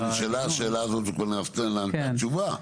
אבל נשאלה השאלה הזאת וניתנה תשובה.